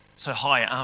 so hi, um